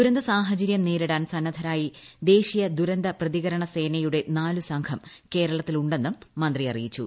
ദുരന്തസാഹച്രൃം നേരിടാൻ സന്നദ്ധരായി ദേശീയ ദുരന്ത പ്രതികരണസേന്യുടെ നാലു സംഘം കേരളത്തിൽ ഉണ്ടെന്നും മന്ത്രി അറിയിച്ചു